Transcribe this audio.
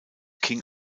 king